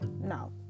no